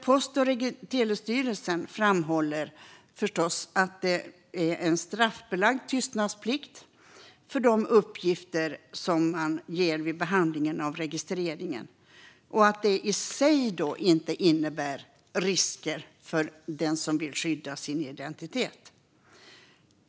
Post och telestyrelsen framhåller att en straffbelagd tystnadsplikt gäller för de uppgifter som lämnas vid behandlingen av registreringen och att registreringen inte i sig innebär risker för den som vill skydda sin identitet.